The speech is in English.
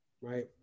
right